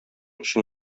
өчен